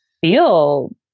feel